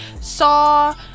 saw